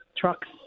trucks